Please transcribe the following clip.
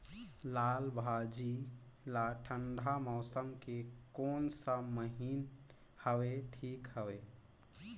लालभाजी ला ठंडा मौसम के कोन सा महीन हवे ठीक हवे?